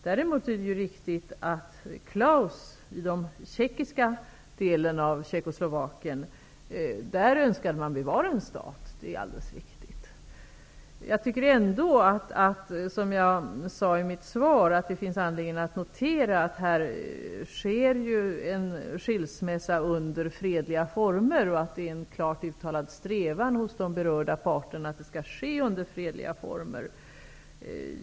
Däremot är det riktigt att Klaus i den tjeckiska delen av Tjeckoslovakien önskade bevara en stat. Som jag sade i mitt svar, tycker jag ändå att det finns anledning att notera att det sker en skilsmässa under fredliga former här. Det är en klart uttalad strävan hos de berörda parterna att det skall ske under fredliga former.